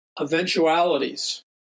eventualities